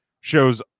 shows